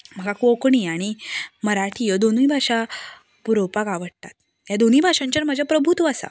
म्हाका कोंकणी आनी मराठी ह्यो दोनूय भाशा बरोवपाक आवडटात हे दोनूय भाशांचेर म्हजें प्रभुत्व आसा